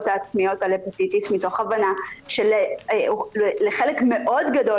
העצמיות על הפטיטיס מתוך הבנה שלחלק מאוד גדול